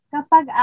Kapag